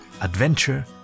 adventure